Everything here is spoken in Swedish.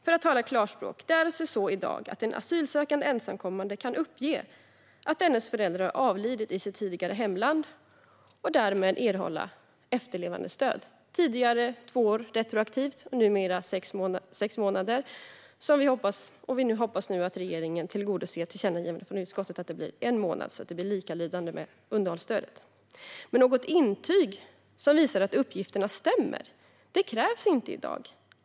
För att tala klarspråk: Det är alltså så i dag att en asylsökande ensamkommande kan uppge att dennes föräldrar har avlidit i det tidigare hemlandet och därmed erhålla efterlevandestöd. Detta gällde tidigare två år retroaktivt och numera alltså sex månader. Vi hoppas nu att regeringen tillgodoser utskottets tillkännagivande om att retroaktiviteten ska vara en månad och därmed likalydande med underhållsstödet. Något intyg som visar att uppgifterna stämmer krävs dock inte i dag.